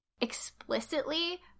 explicitly